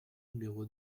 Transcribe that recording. numéro